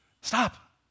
Stop